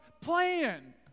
plan